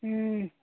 ও